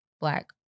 black